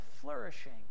flourishing